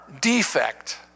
defect